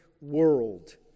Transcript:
world